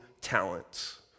talents